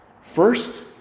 First